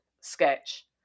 sketch